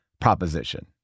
proposition